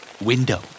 window